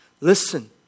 listen